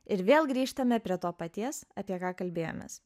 ir vėl grįžtame prie to paties apie ką kalbėjomės